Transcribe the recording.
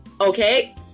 okay